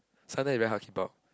suddenly it's very hard to keep out